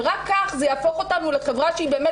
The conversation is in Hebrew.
ורק כך זה יהפוך אותנו לחברה שהיא באמת